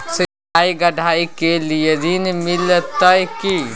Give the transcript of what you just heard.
सिलाई, कढ़ाई के लिए ऋण मिलते की?